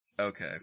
Okay